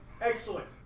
Excellent